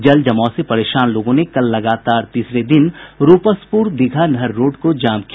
जल जमाव से परेशान लोगों ने कल लगातार तीसरे दिन रूपसपुर दीघा नहर रोड को जाम किया